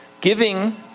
Giving